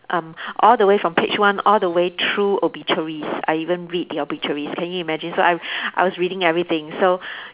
um all the way from page one all the way through obituaries I even read the obituaries can you imagine so I I was reading everything so